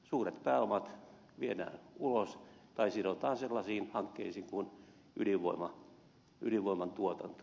suuret pääomat viedään ulos tai sidotaan sellaisiin hankkeisiin kuin ydinvoiman tuotanto